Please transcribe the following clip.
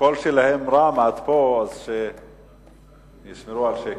שהקול שלהם רם ומגיע עד פה, שישמרו על שקט.